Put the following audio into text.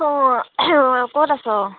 অঁ অঁ ক'ত আছ